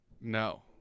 No